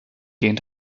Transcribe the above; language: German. gehen